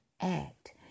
Act